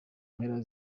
mpera